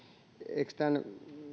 eikös tämän